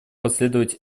последовать